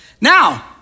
Now